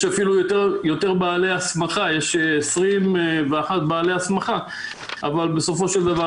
יש אפילו יותר בעלי הסמכה - יש 21 בעלי הסמכה אבל בסופו של דבר,